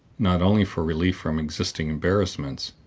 not only for relief from existing embarrassments,